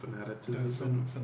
fanaticism